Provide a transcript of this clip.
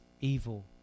evil